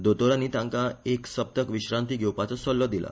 दोतोरानी तांका एक सप्तक विश्रांती घेवपाचो सल्लो दिला